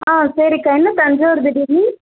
ஆ சரிக்கா என்ன தஞ்சாவூர் திடீர்னு